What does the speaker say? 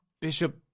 Bishop